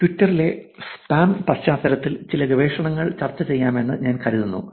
ട്വിറ്ററിലെ സ്പാം പശ്ചാത്തലത്തിൽ ചില ഗവേഷണങ്ങൾ ചർച്ച ചെയ്യാമെന്ന് ഞാൻ കരുതുന്നു